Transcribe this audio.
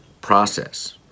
process